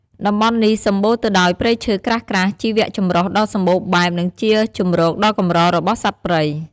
តំបន់នេះសម្បូរទៅដោយព្រៃឈើក្រាស់ៗ ជីវៈចម្រុះដ៏សម្បូរបែប និងជាជម្រកដ៏កម្ររបស់សត្វព្រៃ។